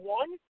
one